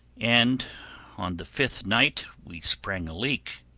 and on the fifth night we sprang a leak.